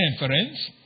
inference